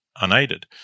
unaided